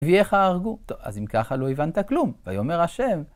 ואיך יהרגו אותו? אז אם ככה לא הבנת כלום, ואומר ה'